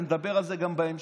ונדבר על זה גם בהמשך,